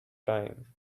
time